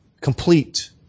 Complete